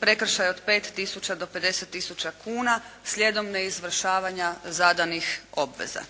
prekršaje od 5 tisuća do 50 tisuća kuna slijedom neizvršavanja zadanih obveza.